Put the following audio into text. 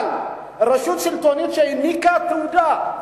אבל רשות שלטונית שהעניקה תעודה,